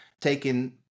taken